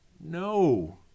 no